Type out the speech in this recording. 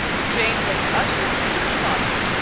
jane was ushered into the closet,